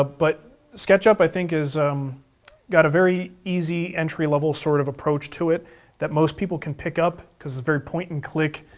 ah but sketchup, i think, has um got a very easy, entry level sort of approach to it that most people can pick up because it's very point and click,